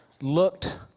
looked